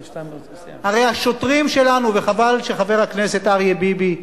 הרי השוטרים שלנו, וחבל שחבר הכנסת אריה ביבי יצא,